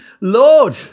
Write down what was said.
Lord